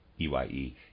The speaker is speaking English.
eye